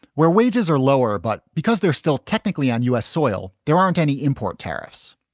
where wages are lower. but because they're still technically on u s. soil, there aren't any import tariffs.